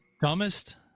dumbest